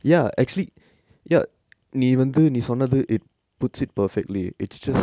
ya actually ya நீ வந்து நீ சொன்னது:nee vanthu nee sonnathu it puts it perfectly it's just